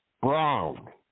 Brown